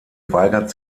weigert